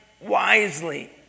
wisely